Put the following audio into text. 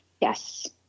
Yes